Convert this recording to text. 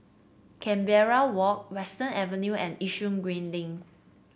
Canberra Walk Western Avenue and Yishun Green Link